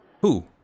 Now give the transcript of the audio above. Who